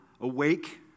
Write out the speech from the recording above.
awake